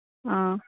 ꯑ